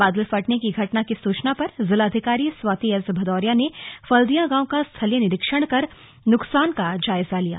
बादल फटने की घटना की सूचना पर जिलाधिकारी स्वाति एस भदौरिया ने फल्दिया गांव का स्थलीय निरीक्षण कर नुकसान का जायजा लिया